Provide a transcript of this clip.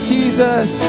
Jesus